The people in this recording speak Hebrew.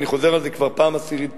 אני חוזר על זה כבר בפעם העשירית פה,